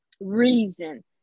reason